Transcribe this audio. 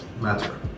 matter